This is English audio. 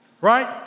Right